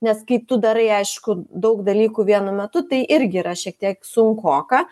nes kai tu darai aišku daug dalykų vienu metu tai irgi yra šiek tiek sunkoka